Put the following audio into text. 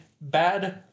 bad